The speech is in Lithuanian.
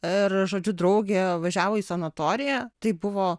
ir žodžiu draugė važiavo į sanatoriją tai buvo